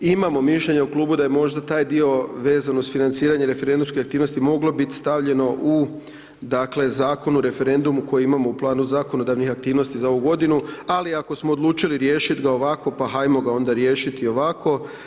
Imamo mišljenje u klubu da je možda taj dio vezan uz financiranje referendumskih aktivnosti moglo bit stavljeno u dakle Zakon o referendumu koji imamo u planu zakonodavnih aktivnosti za ovu godinu, ali ako smo odlučili riješit ga ovako pa hajmo ga onda riješiti ovako.